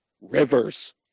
rivers